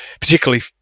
particularly